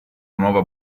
nuova